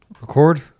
Record